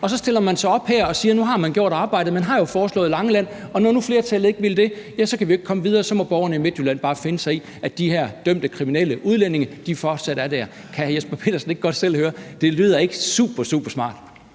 og så stiller man sig herop og siger, at man nu har gjort arbejdet, man har jo foreslået Langeland, og når nu flertallet ikke vil det, kan vi jo ikke komme videre, og så må borgerne i Midtjylland bare finde sig i, af de her dømte kriminelle udlændinge fortsat er der. Kan hr. Jesper Petersen ikke godt selv høre, at det ikke lyder